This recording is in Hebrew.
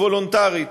היא וולונטרית,